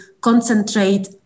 concentrate